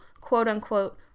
quote-unquote